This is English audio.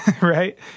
right